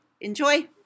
enjoy